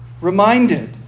reminded